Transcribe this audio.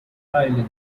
island